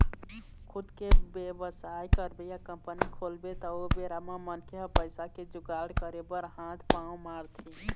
खुद के बेवसाय करबे या कंपनी खोलबे त ओ बेरा म मनखे ह पइसा के जुगाड़ करे बर हात पांव मारथे